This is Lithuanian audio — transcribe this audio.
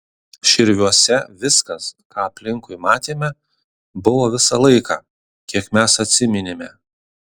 širviuose viskas ką aplinkui matėme buvo visą laiką kiek mes atsiminėme